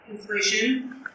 inflation